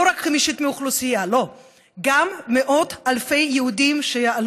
לא רק חמישית מהאוכלוסייה,